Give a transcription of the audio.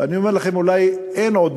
ואני אומר לכם, היא